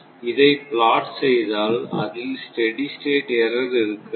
இதை பிளாட் செய்தால் அதில் ஸ்டெடி ஸ்டேட் எர்ரர் இருக்காது